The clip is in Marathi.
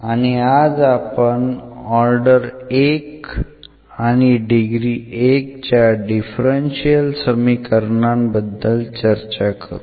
आणि आज आपण ऑर्डर 1 आणि डिग्री 1 च्या डिफरन्शियल समीकरणांबद्दल चर्चा करू